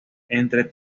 entre